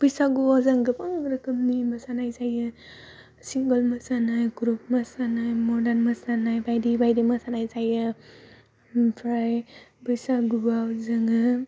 बैसागुआव जों गोबां रोखोमनि मोसानाय जायो सिंगेल मोसानाय ग्रुब मोसानाय मर्दान मोसानाय बायदि बायदि मोसानाय जायो ओमफ्राय बैसागुआव जोङो